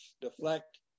deflect